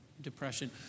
depression